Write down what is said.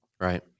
right